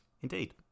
Indeed